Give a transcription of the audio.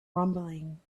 rumbling